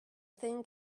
thing